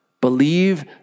Believe